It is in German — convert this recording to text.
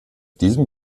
diesem